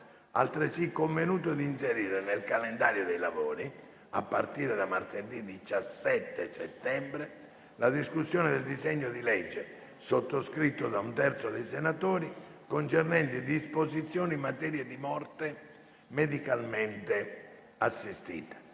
altresì convenuto di inserire nel calendario dei lavori, a partire da martedì 17 settembre, la discussione del disegno di legge, sottoscritto da un terzo dei senatori, concernente disposizioni in materia di morte medicalmente assistita.